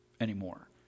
anymore